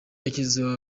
yashyizeho